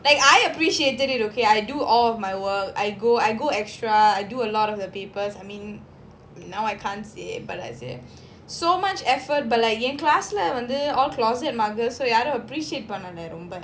like I appreciated it okay I do all my work I go I go extra I do a lot of the papers I mean now I can't say but like so much effort but like என்:en class lah வந்து:vandhu all closet muggers so I do appreciate பண்ணலரொம்ப:pannala romba